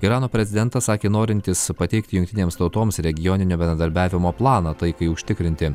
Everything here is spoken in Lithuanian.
irano prezidentas sakė norintis pateikti jungtinėms tautoms regioninio bendradarbiavimo planą taikai užtikrinti